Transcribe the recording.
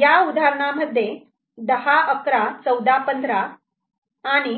या उदाहरणांमध्ये 10 11 14 15 and